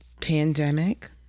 pandemic